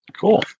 cool